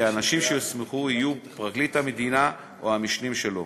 האנשים שיוסמכו יהיו פרקליט המדינה או המשנים שלו.